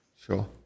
Sure